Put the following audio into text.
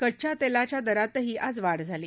कच्च्या तेलाच्या दरातही आज वाढ झाली